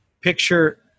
picture